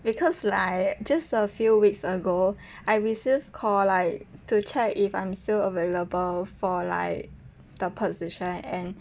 because like just a few weeks ago I received call like to check if I'm still available for like the position and